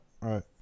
right